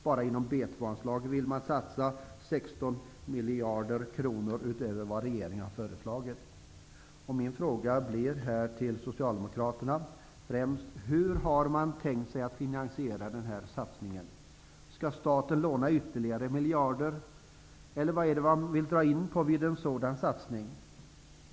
Bara inom B 2-anslaget vill man satsa 16 miljarder kronor utöver vad regeringen har föreslagit. Jag vill fråga Socialdemokraterna: Hur har man tänkt sig att finansiera denna satsning? Skall staten låna ytterligare miljarder? Eller vad är det man vill dra in på vid en sådan satsning?